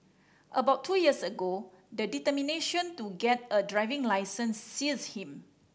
about two years ago the determination to get a driving licence seized him